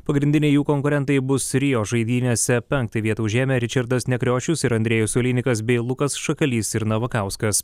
pagrindiniai jų konkurentai bus rio žaidynėse penktą vietą užėmę ričardas nekriošius ir andrejus oleinikas bei lukas šakalys ir navakauskas